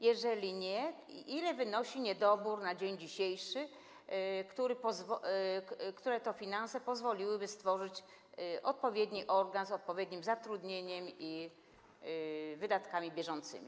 Jeżeli nie, to ile wynosi niedobór na dzień dzisiejszy, jakie finanse pozwoliłyby stworzyć odpowiedni organ z odpowiednim zatrudnieniem i wydatkami bieżącymi?